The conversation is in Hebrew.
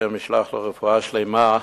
השם ישלח לו רפואה שלמה,